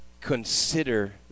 consider